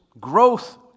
growth